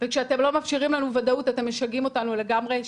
וכשאתם לא מאפשרים לנו ודאות אתם משגעים אותנו לגמרי.